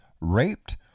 raped